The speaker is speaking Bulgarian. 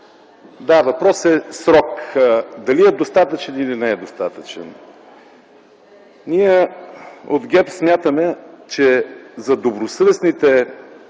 да, въпросът е срокът дали е достатъчен, или не е достатъчен. Ние от ГЕРБ смятаме, че за добросъвестните